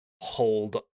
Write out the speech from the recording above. hold